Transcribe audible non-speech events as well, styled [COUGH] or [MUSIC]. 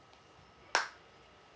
[NOISE]